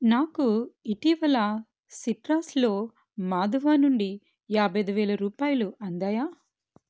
నాకు ఇటీవల సిట్రస్లో మాధవ నుండి యాభై ఐదు వేల రూపాయలు అందాయా